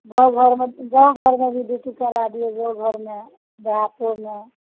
घर घरमे गाँव घरमे भी ड्यूटी करय दियौ गाँव घरमे देहातोमे